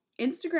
Instagram